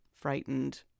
frightened